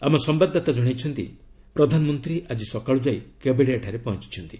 ଆମ ସମ୍ଭାଦଦାତା ଜଣାଇଛନ୍ତି ପ୍ରଧାନମନ୍ତ୍ରୀ ଆଜି ସକାଳୁ ଯାଇ କୋବାଡ଼ିଆଠାରେ ପହଞ୍ଚୁଛନ୍ତି